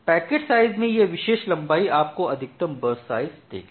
packet side में यह विशेष लंबाई आपको अधिकतम बर्स्ट साइज़ देगी